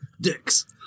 Dicks